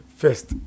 first